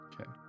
Okay